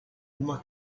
uma